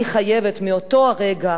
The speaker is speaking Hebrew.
אני חייבת מאותו הרגע,